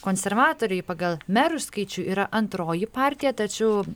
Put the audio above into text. konservatoriai pagal merų skaičių yra antroji partija tačiau